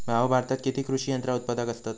भाऊ, भारतात किती कृषी यंत्रा उत्पादक असतत